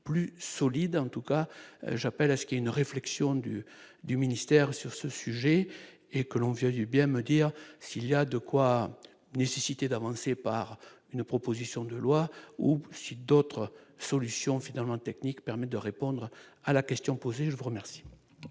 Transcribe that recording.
plus solide, en tout cas j'appelle à ce qui est une réflexion du du ministère sur ce sujet et que l'on vieillit bien me dire s'il y a de quoi : nécessité d'avancer par une proposition de loi ou d'autres solutions finalement technique permet de répondre à la question posée, je vous remercie.